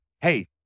Hey